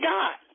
God